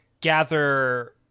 gather